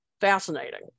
fascinating